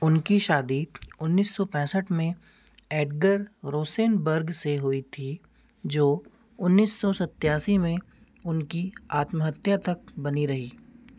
उनकी शादी उन्नीस सौ पैंसठ में एडगर रोसेनबर्ग से हुई थी जो उन्नीस सौ सतासी में उनकी आत्महत्या तक बनी रही